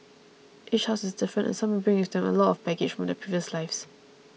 each horse is different and some bring with them a lot of baggage from their previous lives